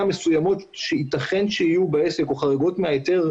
מסוימות שיתכן שיהיו בעסק או חריגות מההיתר,